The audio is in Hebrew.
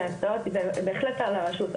בהחלט מהרשות,